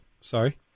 Sorry